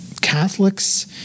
Catholics